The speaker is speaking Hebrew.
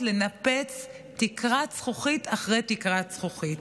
לנפץ תקרת זכוכית אחרי תקרת זכוכית.